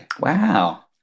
Wow